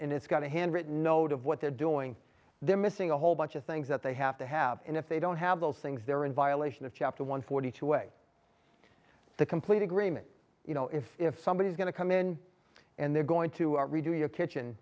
and it's got a handwritten note of what they're doing they're missing a whole bunch of things that they have to have and if they don't have those things they're in violation of chapter one forty two way to complete agreement you know if if somebody is going to come in and they're going to redo your kitchen